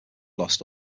lost